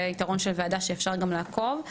זה היתרון של ועדה, שאפשר גם לעקוב.